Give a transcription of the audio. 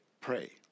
pray